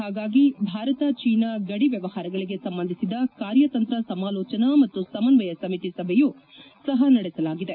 ಹಾಗಾಗಿ ಭಾರತ ಚೀನಾ ಗಡಿ ವ್ಲವಹಾರಗಳಿಗೆ ಸಂಬಂಧಿಸಿದ ಕಾರ್ಯತಂತ್ರ ಸಮಾಲೋಚನಾ ಮತ್ತು ಸಮನ್ನಯ ಸಮಿತಿ ಸಭೆಯು ಸಹ ನಡೆಸಲಾಗಿದೆ